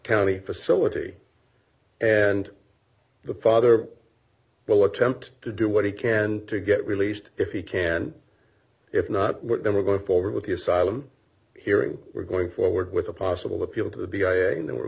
clearly facility and the father will attempt to do what he care and to get released if he care if not they were going forward with the asylum hearing we're going forward with a possible appeal to the big game they were